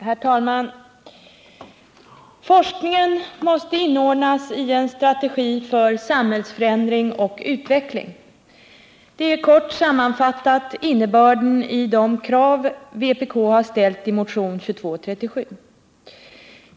Herr talman! Forskningen måste inordnas i en strategi för samhällsförändring och utveckling. Det är kort sammanfattat innebörden i de krav vpk har ställt i motionen 2237.